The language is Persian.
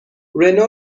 رنو